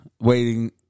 waiting